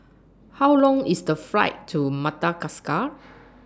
How Long IS The Flight to Madagascar